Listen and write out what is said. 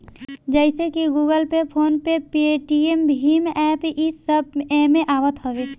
जइसे की Google Pay, PhonePe, Paytm भीम एप्प इस सब एमे आवत हवे